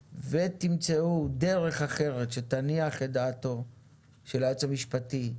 ותמצאו דרך אחרת שתניח את דעתו של היועץ משפטי,